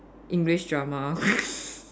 English drama